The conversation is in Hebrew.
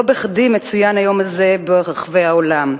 לא בכדי הוא מצוין היום ברחבי העולם,